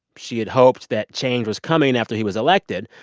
she had hoped that change was coming after he was elected.